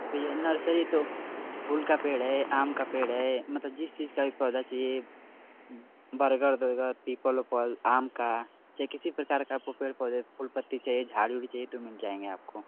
तो भैया नर्सरी तो फूल का पेड़ है आम का पेड़ है मतलब जिस चीज़ का भी पौधा चाहिए बरगद ओरगद पीपल ओपल आम का चाहे किसी भी प्रकार का आपको पेड़ पौधे फूल पत्ती चाहिए झाड़ी ओड़ी चाहिए तो मिल जाएँगे आपको